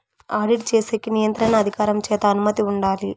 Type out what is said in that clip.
audit చేసేకి నియంత్రణ అధికారం చేత అనుమతి ఉండాలి